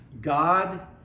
God